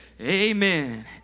amen